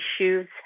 issues